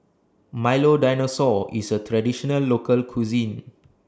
Milo Dinosaur IS A Traditional Local Cuisine